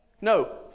No